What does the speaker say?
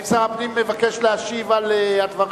האם שר הפנים מבקש להשיב על הדברים?